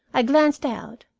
i glanced out,